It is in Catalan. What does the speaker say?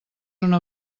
una